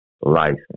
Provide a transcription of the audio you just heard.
license